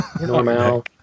Normal